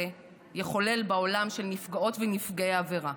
יחולל בעולם של נפגעות ונפגעי העבירה,